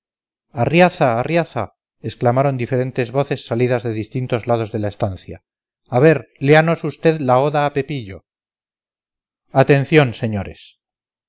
arriaza arriaza exclamaron diferentes voces salidas de distintos lados de la estancia a ver léanos usted la oda a pepillo atención señores